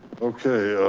okay.